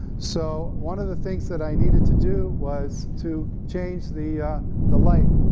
so, one of the things that i needed to do was to change the the light.